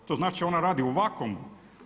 To znači ona radi u vakuum.